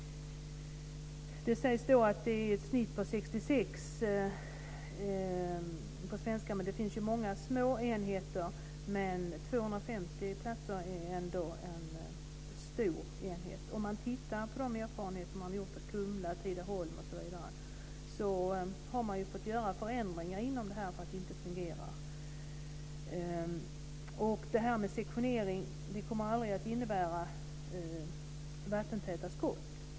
Det sägs att det är ett snitt på 66 platser. Det finns ju många små enheter. Men 250 platser är ändå en stor enhet. Tittar vi på de erfarenheter man har gjort på Kumla och Tidaholm har man fått göra förändringar därför att det inte fungerar. Det här med sektionering kommer aldrig att innebära vattentäta skott.